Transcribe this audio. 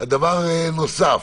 דבר נוסף,